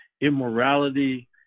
immorality